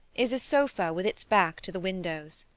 is a sofa with its back to the windows.